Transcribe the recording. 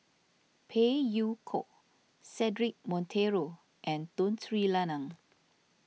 Phey Yew Kok Cedric Monteiro and Tun Sri Lanang